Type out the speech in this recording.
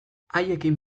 haiekin